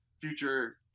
future